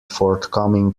forthcoming